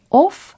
off